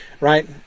right